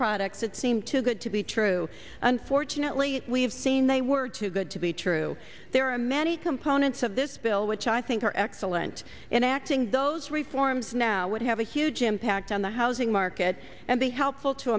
products that seem too good to be true unfortunately we've seen they were too good to be true there are many components of this bill which i think are excellent and acting those reforms now would have a huge impact on the housing market and be helpful to